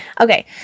Okay